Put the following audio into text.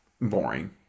boring